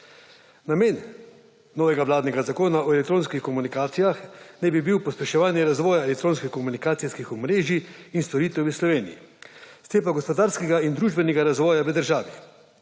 Namen novega vladnega zakona o elektronskih komunikacijah naj bi bil pospeševanje razvoja elektronskih komunikacijskih omrežij in storitev v Sloveniji, s tem pa gospodarskega in družbenega razvoja v državi.